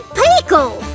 pickle